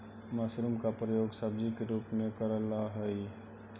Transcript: mushroom का प्रयोग सब्जी के रूप में करल हई